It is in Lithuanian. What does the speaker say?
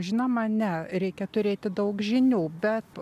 žinoma ne reikia turėti daug žinių bet